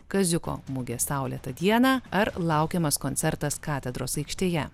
kaziuko mugė saulėtą dieną ar laukiamas koncertas katedros aikštėje